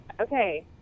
Okay